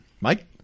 Mike